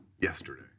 Yesterday